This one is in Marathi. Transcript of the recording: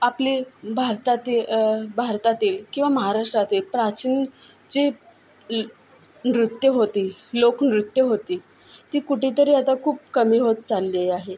आपली भारताती भारतातील किंवा महाराष्ट्रातील प्राचीन जी ल् नृत्यं होती लोकनृत्यं होती ती कुठेतरी आता खूप कमी होत चालली आहे